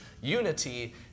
unity